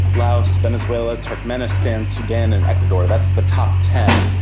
laos, venezuela, turkmenistan, sudan and ecuador, that's the top ten.